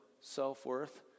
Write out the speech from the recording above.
self-worth